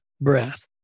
breath